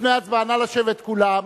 לפני ההצבעה, נא לשבת, כולם,